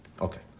Okay